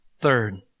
Third